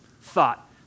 thought